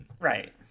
Right